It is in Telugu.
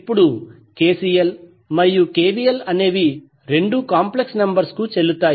ఇప్పుడు KCL మరియు KVL అనేవి రెండూ కాంప్లెక్స్ నంబర్స్ కు చెల్లుతాయి